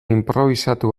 inprobisatu